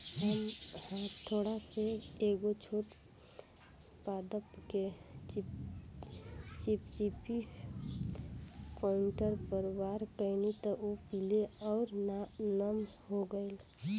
हम हथौड़ा से एगो छोट पादप के चिपचिपी पॉइंट पर वार कैनी त उ पीले आउर नम हो गईल